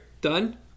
done